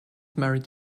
married